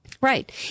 Right